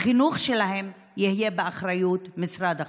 החינוך שלהם יהיה באחריות משרד החינוך.